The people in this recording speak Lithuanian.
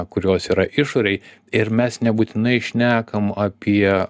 kurios yra išorėj ir mes nebūtinai šnekam apie